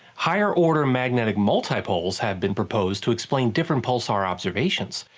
higher-order magnetic multipoles had been proposed to explain different pulsar observations.